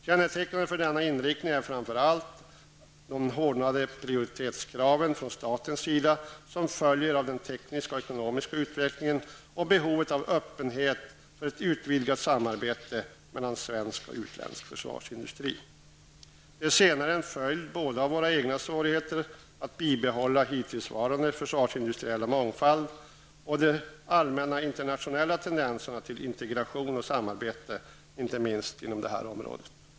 Kännetecknade för denna inriktning är framför allt de hårdare prioriteringskrav från statens sida som följer av den tekniska och ekonomiska utvecklingen och behovet av öppenhet för ett utvidgat samarbete mellan svensk och utländsk försvarsindustri. Det senare är en följd både av våra egna svårigheter att bibehålla hittillsvarande försvarsindustriell mångfald och av de allmänna internationella tendenserna till integration och samarbete, inte minst inom detta område.